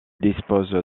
dispose